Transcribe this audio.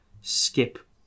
skip